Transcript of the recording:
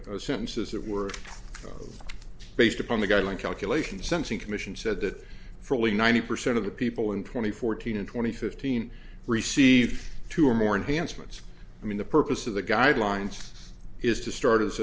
sentences that were based upon the guideline calculation simpson commission said that fully ninety percent of the people in twenty fourteen and twenty fifteen received two or more enhanced much i mean the purpose of the guidelines is to start